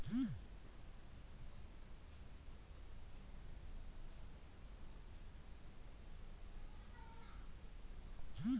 yam ಗೆಡ್ಡೆ ಯಾವಗ್ಲೂ ಸಿಗಲ್ಲ ಆದ್ರಿಂದ ಪೌಡರ್ ಪೇಸ್ಟ್ ರೂಪ್ದಲ್ಲಿ ಸಂಗ್ರಹಿಸಿ ಮಾರಾಟ ಮಾಡ್ತಾರೆ